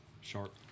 sharp